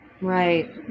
Right